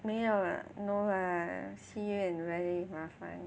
没有 lah no lah 戏院 very 麻烦